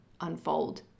unfold